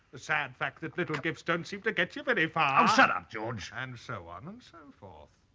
the sad fact that little gifts don't seem to get you very far. shut up george! and so on and so forth.